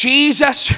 Jesus